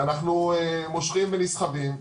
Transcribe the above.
ואנחנו מושכים ונסחבים,